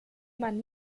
man